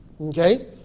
Okay